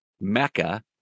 mecca